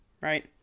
right